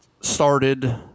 started